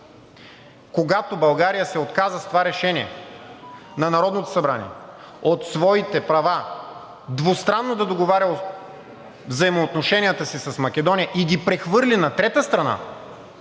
когато България се отказа с това решение на Народното събрание от своите права двустранно да договорят взаимоотношенията си с Македония и ги прехвърли на трета страна,